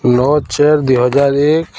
ନଅ ଚାରି ଦୁଇହଜାର ଏକ